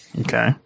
Okay